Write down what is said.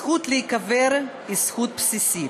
הזכות להיקבר היא זכות בסיסית.